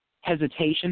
hesitation